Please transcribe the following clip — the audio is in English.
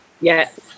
Yes